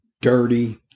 dirty